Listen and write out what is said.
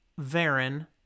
Varen